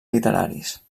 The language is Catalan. literaris